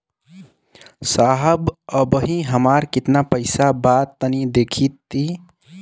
साहब अबहीं हमार कितना पइसा बा तनि देखति?